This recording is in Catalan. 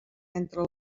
entre